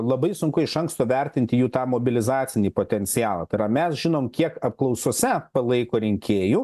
labai sunku iš anksto vertinti jų tą mobilizacinį potencialą tai yra mes žinom kiek apklausose palaiko rinkėjų